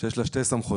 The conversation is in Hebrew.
שיש לה שתי סמכויות,